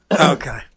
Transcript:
Okay